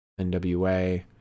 NWA